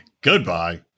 Goodbye